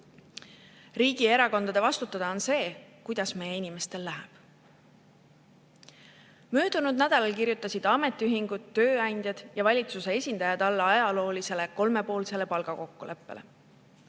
Riigi ja erakondade vastutada on see, kuidas meie inimestel läheb. Möödunud nädalal kirjutasid ametiühingud, tööandjad ja valitsuse esindajad alla ajaloolisele kolmepoolsele palgakokkuleppele.